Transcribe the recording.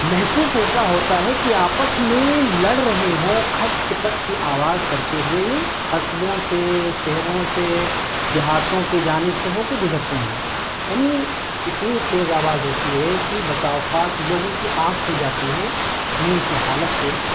محسوس ایسا ہوتا ہے کہ آپس میں لڑ رہے ہوں کھٹ پٹ کی آواز کرتے ہوئے قصبوں سے شہروں سے دیہاتوں کے جانب سے ہو کے گزرتے ہیں یعنی اتنے تیز آواز ہوتی ہے کہ بسا اوقات لوگوں کی آنکھ کھل جاتی ہے نیند کی حالت سے